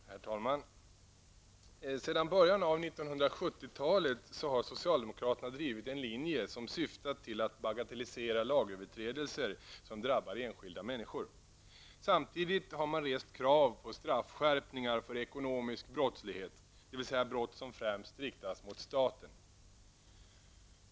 Herr talman! Sedan början av 1970-talet har socialdemokraterna drivit en linje som syftat till att bagatellisera lagöverträdelser som drabbar enskilda människor. Samtidigt har man rest krav på straffskärpningar för ekonomisk brottslighet, dvs. brott som främst riktas mot staten.